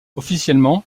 officiellement